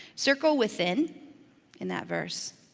circle within in that verse.